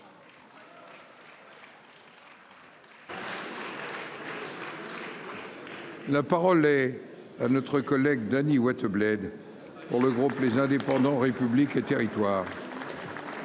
La parole est à notre collègue Dany Wattebled pour le groupe, les indépendants républiques et territoires.